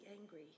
angry